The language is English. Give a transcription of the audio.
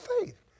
faith